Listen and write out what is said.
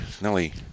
Nelly